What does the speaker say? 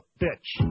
bitch